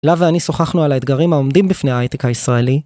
הילה ואני שוחחנו על האתגרים העומדים בפני ההייטק הישראלי.